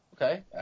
Okay